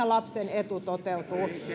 lapsen etu aina toteutuu